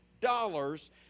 dollars